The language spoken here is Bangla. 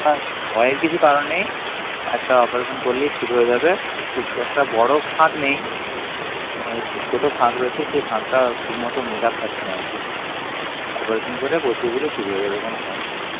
ভয়ের কিছু কারণ নেই একটা অপারেশান করলেই ঠিক হয়ে যাবে খুব একটা বড় ফাঁক নেই একটু ছোটো ফাঁক রয়েছে সেই ফাঁকটা ঠিকমতো মেকআপ খাচ্ছে না আর কি অপারেশান করে বসিয়ে দিলে ঠিক হয়ে যাবে কোনো সমস্যা নেই